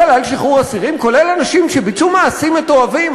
כולל אנשים שביצעו מעשים מטורפים.